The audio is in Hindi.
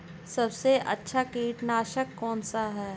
सबसे अच्छा कीटनाशक कौन सा है?